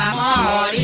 um la